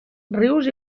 rius